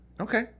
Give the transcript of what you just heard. Okay